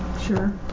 Sure